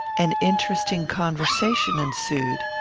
an interesting conversation ensued.